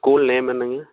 school name என்னங்க